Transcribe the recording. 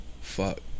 Fuck